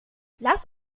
lass